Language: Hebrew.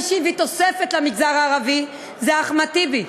מי שהביא תוספת למגזר הערבי זה אחמד טיבי,